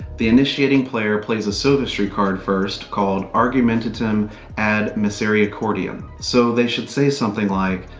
the initiating player plays a sophistry card first called argumentum ad misericordiam. so, they should say something like,